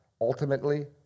Ultimately